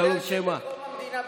עם קום המדינה,